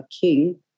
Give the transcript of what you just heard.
king